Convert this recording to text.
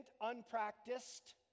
unpracticed